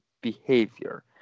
behavior